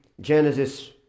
Genesis